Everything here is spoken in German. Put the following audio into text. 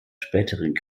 späteren